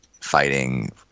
fighting